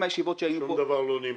שום דבר לא נמחק.